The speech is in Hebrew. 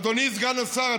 אדוני סגן השר,